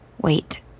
Wait